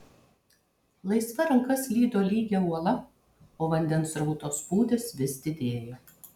laisva ranka slydo lygia uola o vandens srauto spūdis vis didėjo